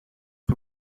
het